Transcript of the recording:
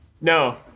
No